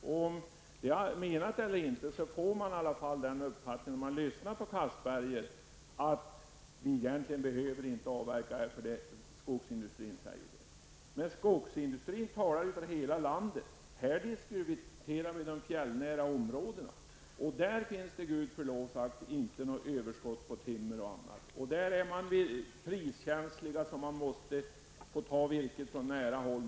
Om man lyssnar till Anders Castberger, får man den uppfattningen -- vare sig han menar det eller inte -- att det här egentligen inte behövs någon avverkning, eftersom det är vad skogsindustrin säger. Skogsindustrins företrädare talar dock för hela landet. Här diskuterar vi de fjällnära områdena. Där finns det, med förlov sagt, inte något överskott på timmer och annat. Priskänsligheten är så stor att man måste ta virket från nära håll.